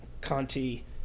Conti